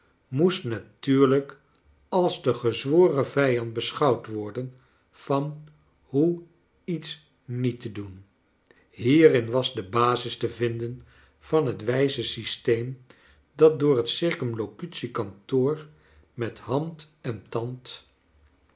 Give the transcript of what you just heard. moest natuurlijk als de gezworen vijand beschouwd worden van hoe iets niet te doen hierin was de basis te vinden van het wijze systeem dat door bet circumlocutie kantoor met hand en tand